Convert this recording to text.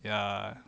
ya